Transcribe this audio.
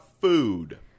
food